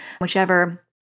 whichever